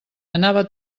anava